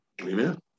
Amen